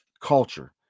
Culture